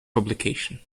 publication